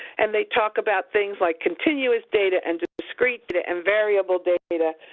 and they talk about things like continuous data, and discrete data, and variable data,